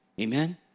Amen